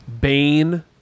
Bane